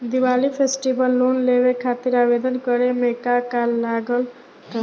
Diwali festival loan लेवे खातिर आवेदन करे म का का लगा तऽ?